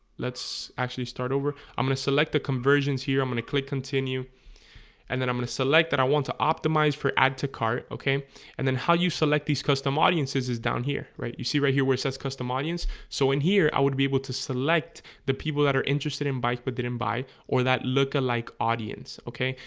let's actually start over i'm gonna select the conversions here. i'm gonna click continue and then i'm gonna select that i want to optimize for add to cart okay and then how you select these custom audiences is down here right you see right here where it says custom audience so in here i would be able to select the people that are interested in bikes but didn't buy or that look-alike ah like audience, okay?